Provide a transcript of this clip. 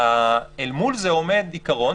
אל מול זה עומד עיקרון,